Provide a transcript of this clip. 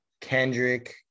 Kendrick